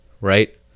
Right